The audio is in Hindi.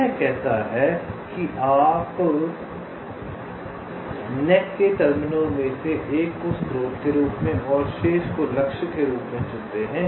यह कहता है कि आप नेट के टर्मिनलों में से एक को स्रोत के रूप में और शेष को लक्ष्य के रूप में चुनते हैं